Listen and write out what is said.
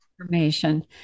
information